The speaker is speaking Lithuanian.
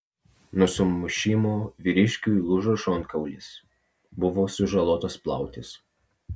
nuo sumušimų vyriškiui lūžo šonkaulis buvo sužalotas plautis